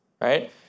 right